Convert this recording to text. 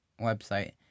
website